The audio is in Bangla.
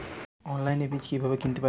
অনলাইনে বীজ কীভাবে কিনতে পারি?